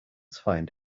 find